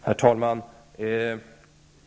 Herr talman!